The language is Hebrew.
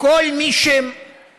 כל מי שמצפונו